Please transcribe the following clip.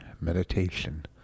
Meditation